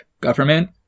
government